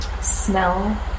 smell